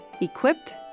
equipped